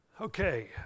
Okay